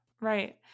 right